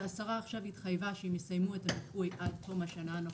זה השרה עכשיו התחייבה שהם יסיימו את --- עד תום השנה הנוכחית,